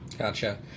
Gotcha